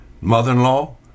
mother-in-law